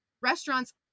restaurants